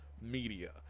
media